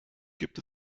gibt